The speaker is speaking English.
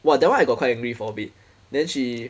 !wah! that one I got quite angry for a bit then she